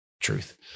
truth